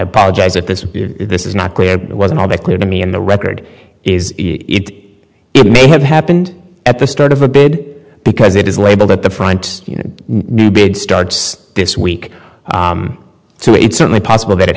apologize if this this is not clear it wasn't all that clear to me and the record is it may have happened at the start of a bid because it is labeled at the front you know new bid starts this week so it's certainly possible that